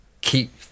keep